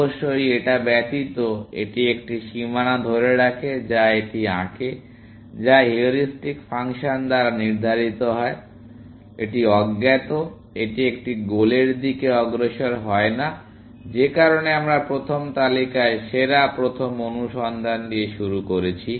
অবশ্যই এটা ব্যতীত এটি একটি সীমানা ধরে রাখে যা এটি আঁকে যা হিউরিস্টিক ফাংশন দ্বারা নির্ধারিত হয় এটি অজ্ঞাত এটি একটি গোলের দিকে অগ্রসর হয় না যে কারণে আমরা প্রথম তালিকায় সেরা প্রথম অনুসন্ধান দিয়ে শুরু করেছি